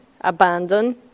abandon